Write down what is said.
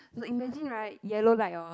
no imagine right yellow light orh